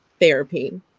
therapy